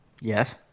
Yes